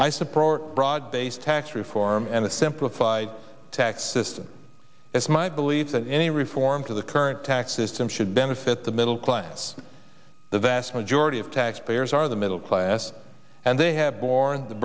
i support broad based tax reform and a simplified tax system is my belief that any reforms to the current tax system should benefit the middle class the vast majority of taxpayers are the middle class and they have borne the